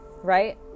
Right